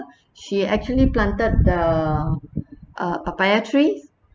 she actually planted the uh papaya trees